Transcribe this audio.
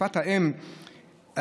חשיפת האם,